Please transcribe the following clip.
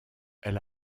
elle